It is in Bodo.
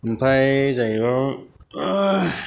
ओमफाय जाहैबाय